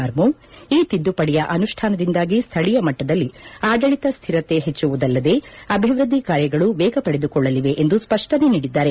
ಮರ್ಮು ಈ ತಿದ್ದುಪಡಿಯ ಅನುಷ್ಣಾನದಿಂದಾಗಿ ಸ್ಥಳೀಯ ಮಟ್ಟದಲ್ಲಿ ಆಡಳತ ಸ್ಥಿರತೆ ಹೆಚ್ಚುವಲ್ಲದೇ ಅಭಿವೃದ್ಧಿ ಕಾರ್ಯಗಳು ವೇಗ ಪಡೆದುಕೊಳ್ಳಲಿವೆ ಎಂದು ಸ್ಪಷ್ಟನೆ ನೀಡಿದ್ದಾರೆ